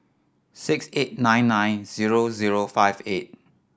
six eight nine nine zero zero five eight